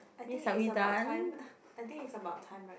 I think it's about time I think it's about time right